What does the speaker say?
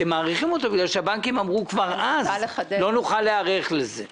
אתם מאריכים אותו כי הבנקים אמרו כבר אז: לא נוכל להיערך לזה.